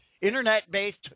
Internet-based